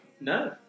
no